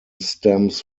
stems